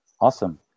Awesome